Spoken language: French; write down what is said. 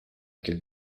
que